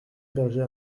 berger